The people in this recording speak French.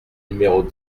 numéros